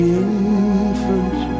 infant